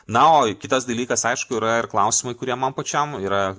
na o kitas dalykas aišku yra ir klausimai kurie man pačiam yra